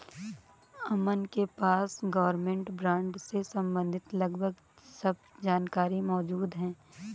अमन के पास government bond से सम्बंधित लगभग सब जानकारी मौजूद है